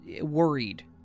worried